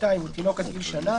הוא תינוק עד גיל שנה,